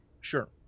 Sure